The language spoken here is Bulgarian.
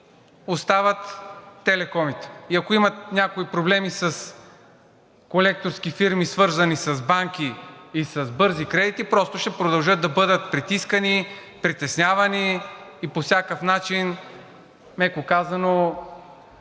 остават телекомите. И ако имат някои проблеми, свързани с банки и с бързи кредити, просто ще продължат да бъдат притискани, притеснявани и по всякакъв начин, меко казано,